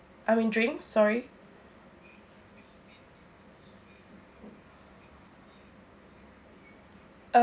I mean drinks sorry